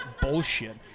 bullshit